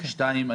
שתיים,